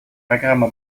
программа